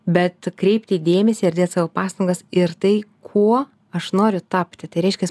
bet kreipti dėmesį ir dėt savo pastangas ir tai kuo aš noriu tapti tai reiškias